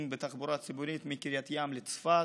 בתחבורה הציבורית מקריית ים לצפת.